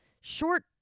short